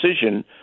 decision